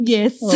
Yes